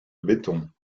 béton